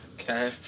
Okay